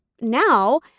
now